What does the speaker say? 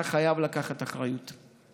אתה חייב לקחת אחריות.